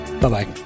Bye-bye